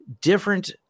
different